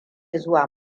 zuwa